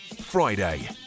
Friday